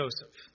Joseph